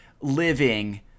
living